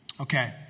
Okay